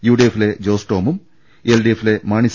U D എഫിലെ ജോസ് ടോമും L D എഫിലെ മാണി സി